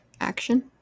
Action